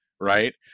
right